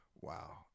Wow